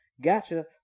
gotcha